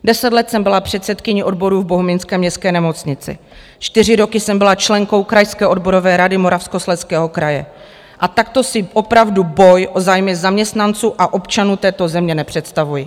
10 let jsem byla předsedkyní odborů v Bohumínské městské nemocnici, čtyři roky jsem byla členkou Krajské odborové rady Moravskoslezského kraje a takto si opravdu boj o zájmy zaměstnanců a občanů této země nepředstavuji.